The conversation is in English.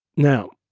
now,